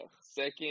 second